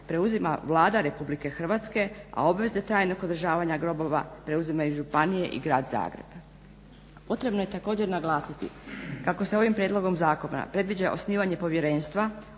preuzima Vlada RH, a obveze trajnog održavanja grobova preuzimaju županije i grad Zagreb. Potrebno je također naglasiti kako se ovim prijedlogom zakona predviđa osnivanje povjerenstva